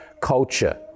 culture